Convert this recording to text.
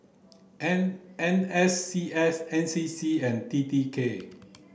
N N S C S N C C and T T K